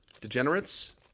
degenerates